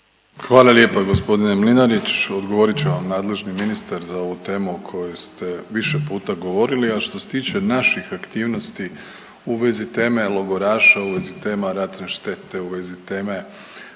Hvala lijepo g. Mlinarić. Odgovorit će vam nadležni ministar za ovu temu o kojoj ste više puta govorili. A što se tiče naših aktivnosti u vezu teme logoraša, u vezi tema ratne štete, u vezi teme